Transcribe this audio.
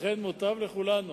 לכן, מוטב לכולנו,